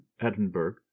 Edinburgh